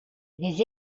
les